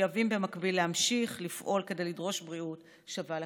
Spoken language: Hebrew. מחויבים במקביל להמשיך לפעול כדי לדרוש בריאות שווה לכול.